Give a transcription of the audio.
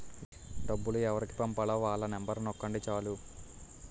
డబ్బు ఎవరికి పంపాలో వాళ్ళ నెంబరు నొక్కండి చాలు